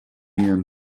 and